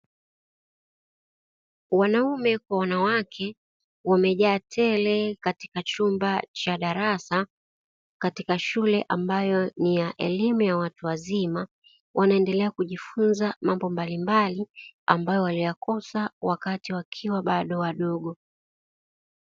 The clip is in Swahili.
Wanaume kwa wanawake wamejaa tele katika chumba cha darasa, katika shule ambayo ni ya elimu ya watu wazima, wanaendelea kujifunza mambo mbalimbali ambayo waliyakosa wakiwa bado wadogo.